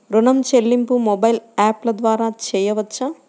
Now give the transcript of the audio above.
ఋణం చెల్లింపు మొబైల్ యాప్ల ద్వార చేయవచ్చా?